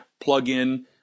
plug-in